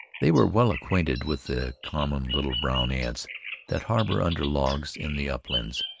they were well acquainted with the common little brown ants that harbor under logs in the uplands,